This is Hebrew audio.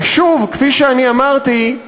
ושוב, כפי שאני אמרתי,